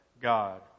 God